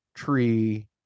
tree